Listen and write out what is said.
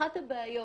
אחת הבעיות,